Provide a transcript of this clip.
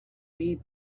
faint